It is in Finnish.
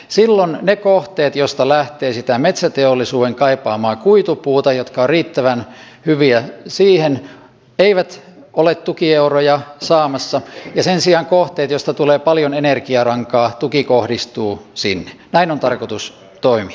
sillon ne kohteet joista lähtee sitä metsäteollisuuden kaipaamaa kuitupuuta jotka riittävän hyviä siihen eivät ole tukieuroja saamassa ja sen sijaan kohteliasta tulee paljon energiarankaa tuki kohdistuu ksiin päin on tarkotus toi